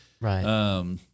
Right